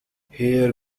here